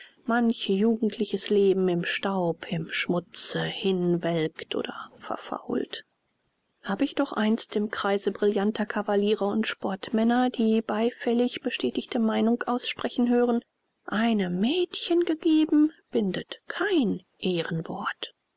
manch jugendliches leben im staub im schmutze hinwelkt oder verfault hab ich doch einst im kreise brillanter cavaliere und sportmänner die beifällig bestätigte meinung aussprechen hören einem mädchen gegeben bindet kein ehrenwort